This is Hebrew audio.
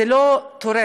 זה לא תורם.